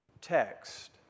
text